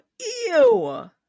Ew